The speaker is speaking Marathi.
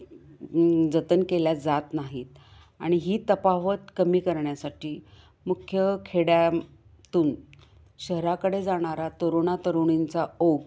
जतन केल्या जात नाहीत आणि ही तफावत कमी करण्यासाठी मुख्य खेड्यांतून शहराकडे जाणारा तरुण तरुणींचा ओघ